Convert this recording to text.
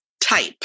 type